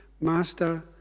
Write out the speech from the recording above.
Master